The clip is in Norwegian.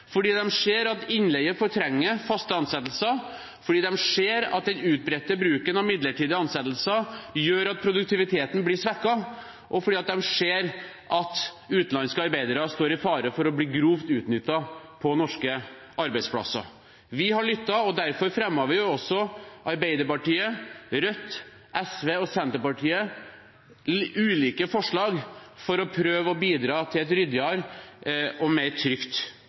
fordi de ser at innleie fortrenger faste ansettelser, fordi de ser at den utbredte bruken av midlertidige ansettelser gjør at produktiviteten blir svekket, og fordi de ser at utenlandske arbeidere står i fare for å bli grovt utnyttet på norske arbeidsplasser. Vi har lyttet, og derfor fremmet vi også – Arbeiderpartiet, Rødt, SV og Senterpartiet – ulike forslag for å prøve å bidra til et ryddigere og mer trygt